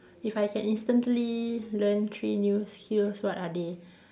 if I can instantly learn three new skills what are they